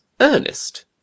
ernest